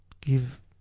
give